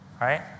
right